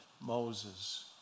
Moses